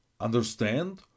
Understand